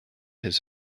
his